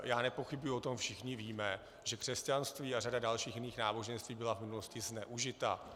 Já nepochybuji o tom, že všichni víme, že křesťanství a řada dalších jiných náboženství byla v minulosti zneužita.